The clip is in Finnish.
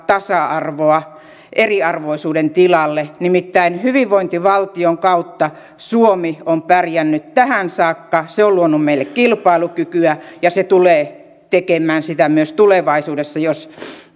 tasa arvoa eriarvoisuuden tilalle nimittäin hyvinvointivaltion kautta suomi on pärjännyt tähän saakka se on luonut meille kilpailukykyä ja se tulee tekemään sitä myös tulevaisuudessa jos